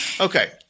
Okay